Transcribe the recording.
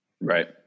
right